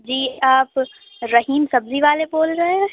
جی آپ رحیم سبزی والے بول رہے ہیں